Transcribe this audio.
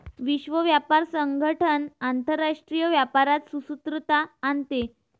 विश्व व्यापार संगठन आंतरराष्ट्रीय व्यापारात सुसूत्रता आणते